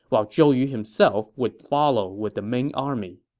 while zhou yu himself would follow with the main army